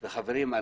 חברים,